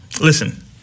Listen